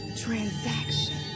transaction